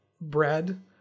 bread